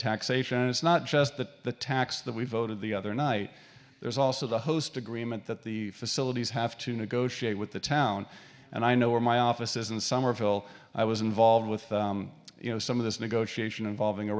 taxation it's not just that tax that we voted the other night there's also the host agreement that the facilities have to negotiate with the town and i know where my office is in somerville i was involved with you know some of this negotiation involving a